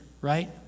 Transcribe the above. right